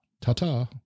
Ta-ta